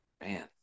Man